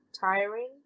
tiring